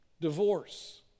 divorce